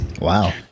Wow